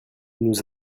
nous